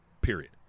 Period